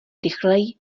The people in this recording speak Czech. rychleji